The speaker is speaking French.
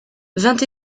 vingt